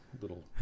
little